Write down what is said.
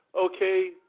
okay